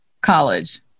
college